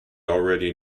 already